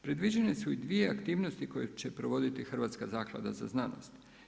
Predviđene su i dvije aktivnosti koje će provoditi Hrvatska zaklada za znanost.